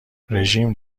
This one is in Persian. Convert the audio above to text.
رژیم